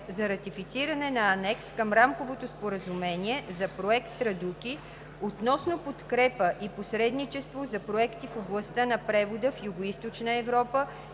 за ратифициране на Анекс към Рамковото споразумение за Проект „Традуки“ относно подкрепа и посредничество за проекти в областта на превода в Югоизточна Европа